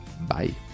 Bye